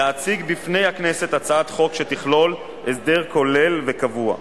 להציג בפני הכנסת הצעת חוק שתכלול הסדר כולל וקבוע.